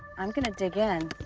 i'm gonna dig in.